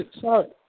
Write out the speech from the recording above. sorry